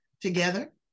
together